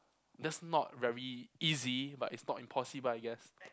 that's not very easy but it's not impossible I guess